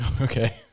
Okay